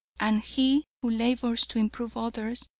and he who labors to improve others,